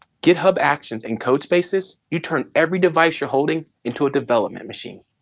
github actions, and codespaces, you turn every device you're holding into a development machine.